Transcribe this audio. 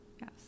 Yes